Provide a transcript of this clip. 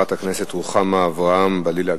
חברת הכנסת רוחמה אברהם-בלילא,